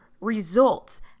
results